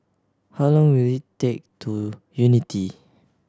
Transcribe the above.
how long will it take to Unity